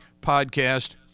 podcast